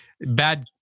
bad